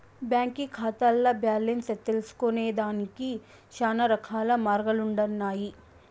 బాంకీ కాతాల్ల బాలెన్స్ తెల్సుకొనేదానికి శానారకాల మార్గాలుండన్నాయి